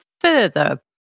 further